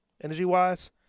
Energy-wise